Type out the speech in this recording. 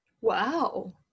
Wow